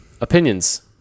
opinions